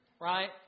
right